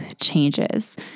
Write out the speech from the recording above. changes